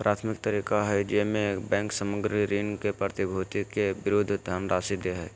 प्राथमिक तरीका हइ जेमे बैंक सामग्र ऋण के प्रतिभूति के विरुद्ध धनराशि दे हइ